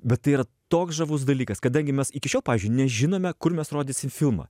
bet tai yra toks žavus dalykas kadangi mes iki šiol pavyzdžiui nežinome kur mes rodysim filmą